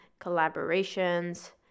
collaborations